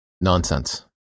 nonsense